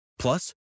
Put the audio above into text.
Plus